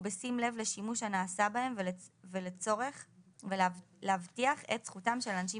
ובשים לב לשימוש הנעשה בהם ולצורך להבטיח את זכותם של אנשים